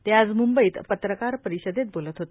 ते आज मुंबईत पत्रकार परिषदेत बोलत होते